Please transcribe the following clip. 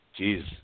Jeez